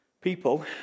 people